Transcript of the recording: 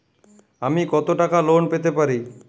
আমি কত টাকা লোন পেতে পারি?